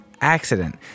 accident